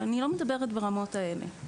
אבל אני לא מדברת ברמות האלה.